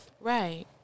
Right